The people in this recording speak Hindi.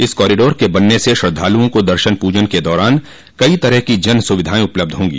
इस कॉरीडोर के बनने से श्रद्वालुओं को दर्शन पूजन के दौरान कई तरह की जन सुविधाएं उपलब्ध होंगी